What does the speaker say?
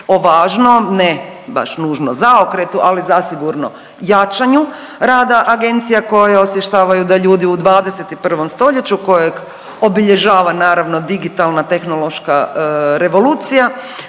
o važnom, ne vaš nužno zaokretu, ali zasigurno jačanju rada agencije koje osvještavaju da ljudi u 21. st. kojeg obilježava, naravno, digitalna tehnološka revolucija,